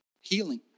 healing